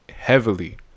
Heavily